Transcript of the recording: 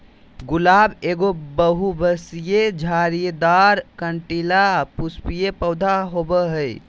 गुलाब एगो बहुवर्षीय, झाड़ीदार, कंटीला, पुष्पीय पौधा होबा हइ